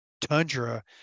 Tundra